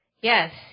Yes